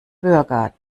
bürger